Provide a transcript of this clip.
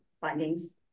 findings